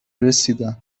رسیدم